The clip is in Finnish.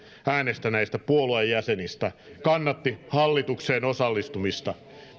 äänestäneistä puolueen jäsenistä kannatti hallitukseen osallistumista